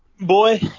Boy